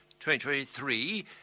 2023